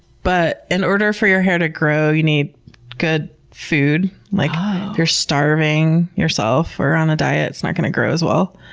but in order for your hair to grow, you need good food. if like you're starving yourself or on a diet, it's not going to grow as well.